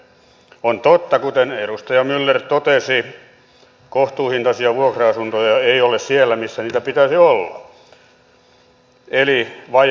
on totta kuten edustaja myller totesi että kohtuuhintaisia vuokra asuntoja ei ole siellä missä niitä pitäisi olla eli vaje on suuri